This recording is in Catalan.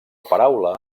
paraula